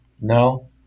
No